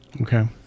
Okay